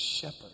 shepherd